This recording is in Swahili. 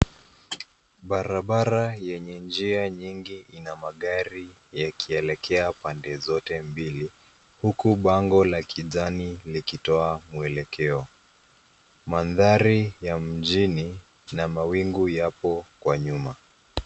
Barabara yenye njia nyingi ina magari yakielekea pande zote mbili huku bango la kijani likitoa mwelekeo. Mandhari ya mjini na mawingu yapo kwa nyuma.